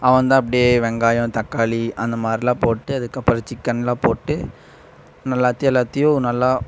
அவன் தான் அப்படியே வெங்காயம் தக்காளி அந்தமாதிரிலாம் போட்டு அதுக்கப்புறம் சிக்கன் எல்லாம் போட்டு நல்லாத்தையும் எல்லாத்தையும் நல்லா